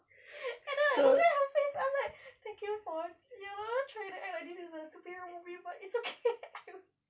and then I looked at her face and I'm like thank you for you trying to act this is a superhero movie but it's okay